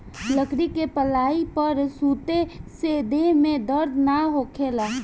लकड़ी के पलाई पर सुते से देह में दर्द ना होखेला